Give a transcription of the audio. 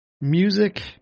music